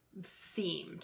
themed